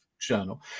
journal